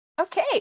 Okay